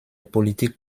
politik